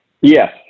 Yes